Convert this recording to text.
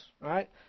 right